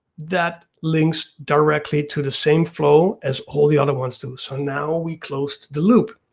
that links directly to the same flow as all the other ones do. so now we close the loop,